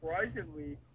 surprisingly